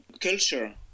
culture